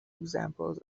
examples